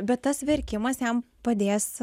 bet tas verkimas jam padės